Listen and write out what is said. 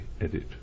edit